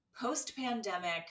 post-pandemic